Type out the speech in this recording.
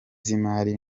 z’imari